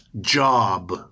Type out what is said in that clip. job